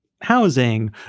housing